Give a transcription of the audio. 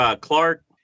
Clark